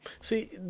See